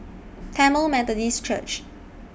Tamil Methodist Church